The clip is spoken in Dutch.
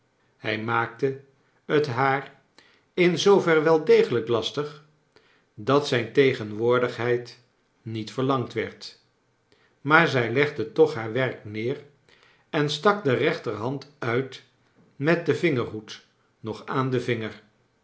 hij maakte het haar in zoover wel degelijk lastig dat zijn tegenwoordigheid niet verlangd werd maar zij legde toch haar werk neer en stak de reenter hand uit met den vingerhoed nog aan den vinger